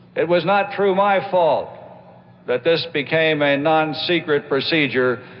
it was not through my fault that this became a and non-secret procedure,